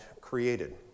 created